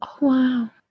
Wow